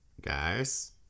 Guys